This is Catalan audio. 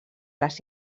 les